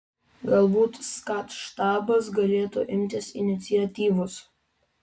galbūt skat štabas galėtų imtis iniciatyvos